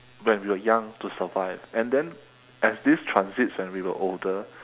when we were young to survive and then as this transits when we were older